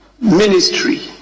Ministry